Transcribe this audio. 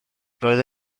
roedd